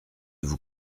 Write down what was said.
vous